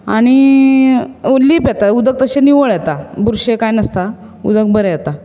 आनी लीप येता उदक तशें निवळ येता बुरशें कांय नासता उदक बरें येता